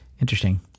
Interesting